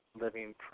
Living